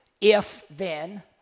if-then